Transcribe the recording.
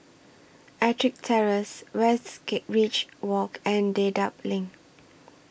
Ettrick Terrace Westridge Walk and Dedap LINK